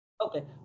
Okay